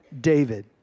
David